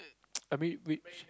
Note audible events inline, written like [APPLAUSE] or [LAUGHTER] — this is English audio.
err [NOISE] I mean which